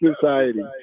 society